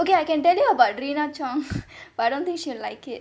okay I can tell you about rena chong but I don't think she like it